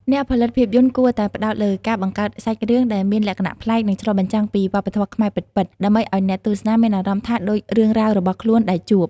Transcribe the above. អ្នកផលិតភាពយន្តគួរតែផ្តោតលើការបង្កើតសាច់រឿងដែលមានលក្ខណៈប្លែក និងឆ្លុះបញ្ចាំងពីវប្បធម៌ខ្មែរពិតៗ ដើម្បីឲ្យអ្នកទស្សនាមានអារម្មណ៍ថាដូចរឿងរ៉ាវរបស់ខ្លួនដែលជួប។